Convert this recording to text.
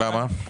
למה?